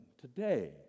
Today